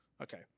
Okay